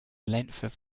length